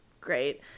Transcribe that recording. great